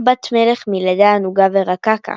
רק בת-מלך מלדה ענגה ורכה ככה.